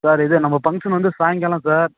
sir இது நம்ம function வந்து சாய்ங்காலம் சார்